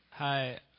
Hi